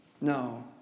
No